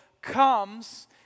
comes